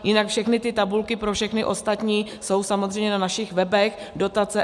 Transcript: Jinak všechny ty tabulky pro všechny ostatní jsou samozřejmě na našich webech dotace.eu